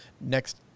next